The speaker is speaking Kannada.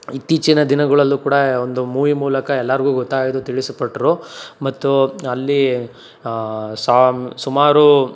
ಇತ್ತೀಚಿನ ದಿನಗಳಲ್ಲೂ ಕೂಡ ಒಂದು ಮೂವಿ ಮೂಲಕ ಎಲ್ಲಾರಿಗೂ ಗೊತ್ತಾಯ್ತು ತಿಳಿಸಿ ಪಟ್ಟರು ಮತ್ತು ಅಲ್ಲಿ ಸಾ ಸುಮಾರು